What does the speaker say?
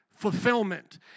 fulfillment